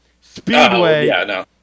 Speedway